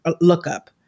lookup